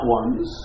ones